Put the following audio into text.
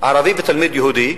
ערבי ולתלמיד יהודי,